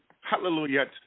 hallelujah